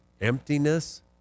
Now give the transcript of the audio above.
emptiness